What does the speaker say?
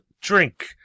drink